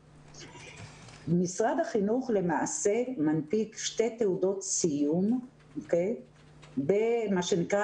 משרד החינוך למעשה מנפיק שתי תעודות סיום במה שנקרא,